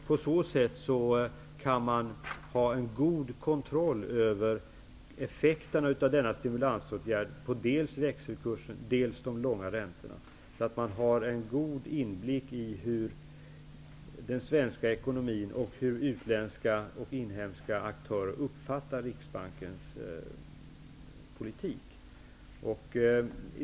På så sätt kan man ha en god kontroll över effekterna av denna stimulansåtgärd på dels växelkursen, dels de långa räntorna, så att man har en god inblick i den svenska ekonomin och hur utländska och inhemska aktörer uppfattar Riksbankens politik.